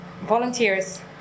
volunteers